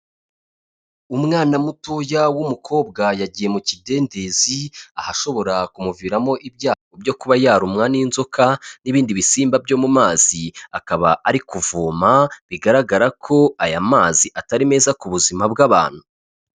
Umwana mutoya w'umukobwa yagiye mu kidendezi ahashobora kumuviramo ibyago byo kuba yarumwa n'inzoka n'ibindi bisimba byo mu mazi, akaba ari kuvoma, bigaragara ko aya mazi atari meza ku buzima bw'abantu.